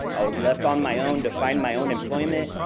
i was left on my own to find my own employment,